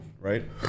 right